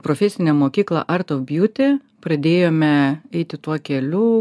profesine mokykla artobjūti pradėjome eiti tuo keliu